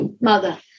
mother